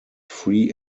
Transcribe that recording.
free